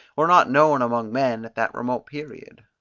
were not known among men at that remote period.